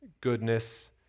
goodness